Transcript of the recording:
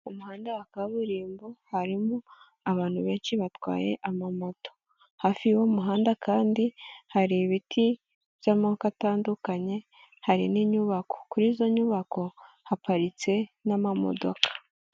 Kaburimbo irimo abantu benshi batwaye amamoto hafi y'umuhanda. Harimo ibiti by’amoko atandukanye, kandi hari n’inyubako. Kuri izo nyubako haparitseho imodoka zitandukanye.